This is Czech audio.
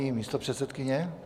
Paní místopředsedkyně?